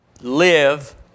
live